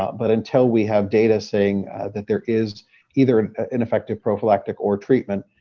but until we have data saying that there is either an an effective prophylactic or treatment,